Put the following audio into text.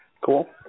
Cool